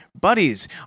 buddies